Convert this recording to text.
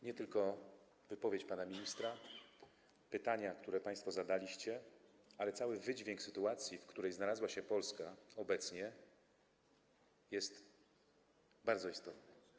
Nie tylko wypowiedź pana ministra, pytania, które państwo zadaliście, ale i cały wydźwięk sytuacji, w której znalazła się Polska obecnie, są bardzo istotne.